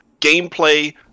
gameplay